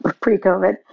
pre-COVID